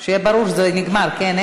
שיהיה ברור שזה נגמר, כן?